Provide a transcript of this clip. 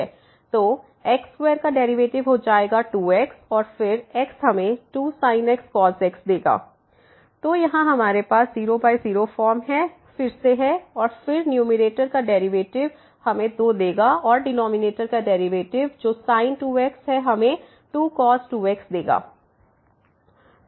तो x square का derivative हो जाएगा 2x और फिर x हमें 2sin x cos x देगा तो यहां हमारे पास 00 फॉर्म फिर से है और फिर न्यूमैरेटर का डेरिवेटिव हमें 2 देगा और डिनॉमिनेटर का डेरिवेटिव जो 2x है हमें 2cos 2x देगा